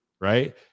right